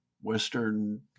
Western